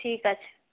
ঠিক আছে